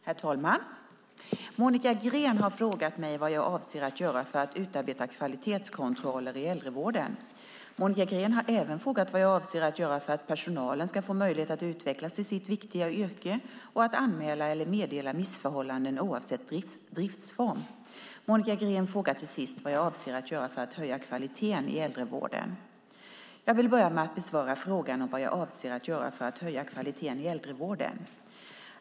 Herr talman! Monica Green har frågat mig vad jag avser att göra för att utarbeta kvalitetskontroller i äldrevården. Monica Green har även frågat mig vad jag avser att göra för att personalen ska få möjlighet att utvecklas i sitt viktiga yrke och att anmäla eller meddela missförhållanden oavsett driftsform. Monica Green frågar till sist vad jag avser att göra för att höja kvaliteten i äldrevården. Jag vill börja med att besvara frågan vad jag avser att göra för att höja kvaliteten i äldrevården.